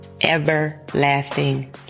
everlasting